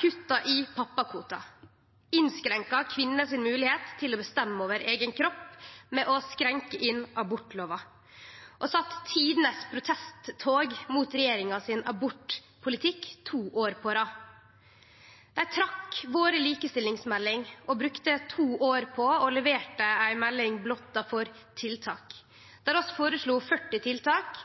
kutta i pappakvota og innskrenka kvinners moglegheit til å bestemme over eigen kropp ved å innskrenke abortlov, det var tidenes protesttog mot regjeringas abortpolitikk to år på rad. Dei trekte vår likestillingsmelding og brukte to år på å levere ei melding blotta for tiltak, der vi føreslo 40 tiltak